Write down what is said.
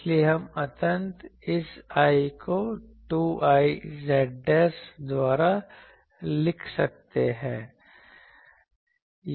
इसलिए हम अंततः इस l को 2 I z द्वारा लिख सकते हैं